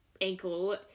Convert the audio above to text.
ankle